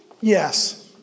yes